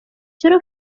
چرا